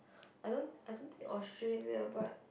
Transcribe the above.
I don't I don't think Australia but